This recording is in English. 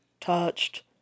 Touched